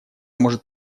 может